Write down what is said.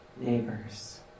neighbors